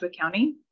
County